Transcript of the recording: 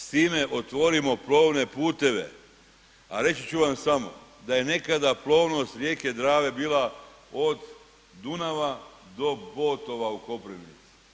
S time otvorimo plovne puteve, a reći ću vam samo da je nekada plovnost rijeke Drave bila od Dunava do Botova u Koprivnici.